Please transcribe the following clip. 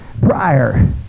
prior